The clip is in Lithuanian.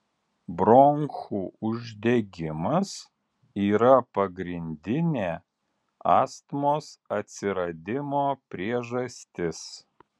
bronchų uždegimas yra pagrindinė astmos atsiradimo priežastis